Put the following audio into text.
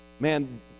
Man